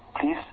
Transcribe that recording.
please